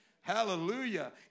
Hallelujah